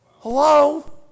Hello